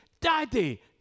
Daddy